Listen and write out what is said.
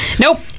Nope